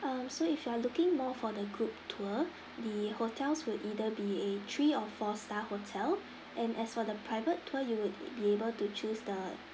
um so if you are looking more for the group tour the hotels will either be a three or four star hotel and as for the private tour you would be able to choose the